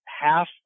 half